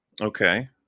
Okay